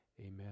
Amen